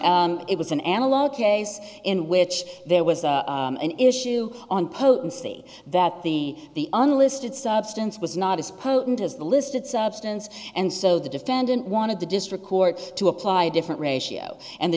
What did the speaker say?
it was an analog case in which there was an issue on potency that the the unlisted substance was not as potent as the listed substance and so the defendant wanted the district court to apply different ratio and the